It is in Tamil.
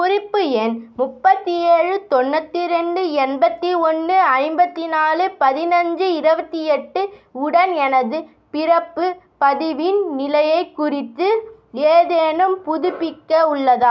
குறிப்பு எண் முப்பத்தி ஏழு தொண்ணூற்றி ரெண்டு எண்பத்தி ஒன்று ஐம்பத்தி நாலு பதினஞ்சு இருபத்தி எட்டு உடன் எனது பிறப்பு பதிவின் நிலையை குறித்து ஏதேனும் புதுப்பிக்க உள்ளதா